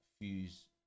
Fuse